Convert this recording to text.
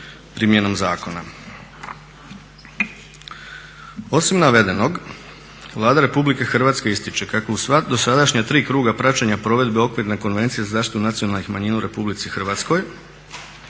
primjenom zakona. Osim navedenog, Vlada Republike Hrvatske ističe kako u sva dosadašnja tri kruga praćenje provedbe Okvirne konvencije za zaštitu nacionalnih manjina u Republici Hrvatskoj